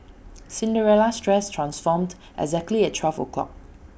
Cinderella's dress transformed exactly at twelve o'clock